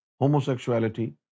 homosexuality